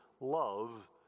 love